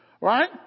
Right